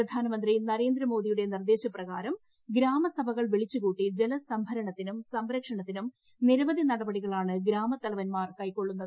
പ്രപ്യാൻമന്ത്രി നരേന്ദ്രമോദിയുടെ നിർദ്ദേശപ്രകാരം ഗ്രാമസഭകൾ വീളിച്ചുകൂട്ടി ജലസംഭരണത്തിനും സംരക്ഷണത്തിനും നിരവിധി നടപടികളാണ് ഗ്രാമത്തലവന്മാർ കൈക്കൊള്ളുന്നത്